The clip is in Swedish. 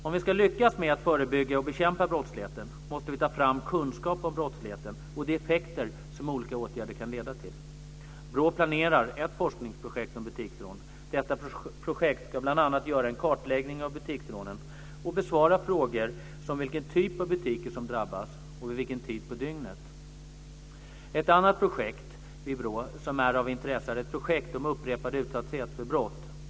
Om vi ska lyckas med att förebygga och bekämpa brottsligheten måste vi ta fram kunskap om brottsligheten och de effekter som olika åtgärder kan leda till. Detta projekt ska bl.a. göra en kartläggning av butiksrånen och besvara frågor som vilken typ av butiker som drabbas och vid vilken tid på dygnet. Ett annat projekt vid BRÅ som är av intresse är ett projekt om upprepad utsatthet för brott.